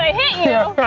ah hit you.